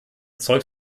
zeugt